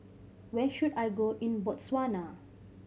where should I go in Botswana